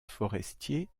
forestier